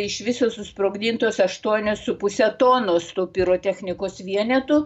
iš viso susprogdintos aštuonios su puse tonos pirotechnikos vienetų